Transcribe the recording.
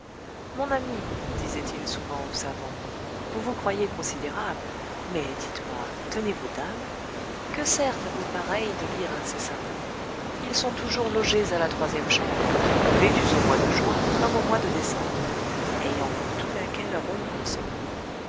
mon ami disait-il souvent au savant vous vous croyez considérable mais dites-moi tenez-vous table que sert à vos pareils de lire incessamment ils sont toujours logés à la troisième chambre vêtus au mois de juin comme au mois de décembre ayant pour tout laquais leur ombre seulement